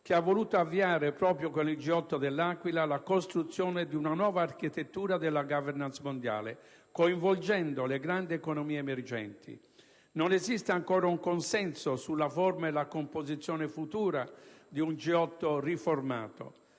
che ha voluto avviare, proprio con il G8 de L'Aquila, la costruzione di una nuova architettura della *governance* mondiale, coinvolgendo le grandi economie emergenti. Non esiste ancora un consenso sulla forma e la composizione futura di un G8 riformato;